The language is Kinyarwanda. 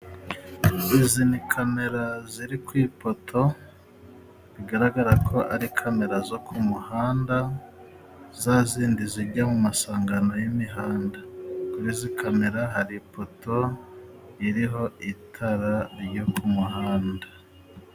Izi ni kamera ziri ku ipoto. Bigaragara ko ari kamera zo ku muhanda, za zindi zijya mu masangano y'imihanda. Kuri izi kamera hari ipoto iriho itara ryo ku muhanda.